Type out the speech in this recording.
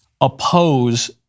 oppose